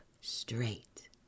straight